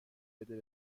بده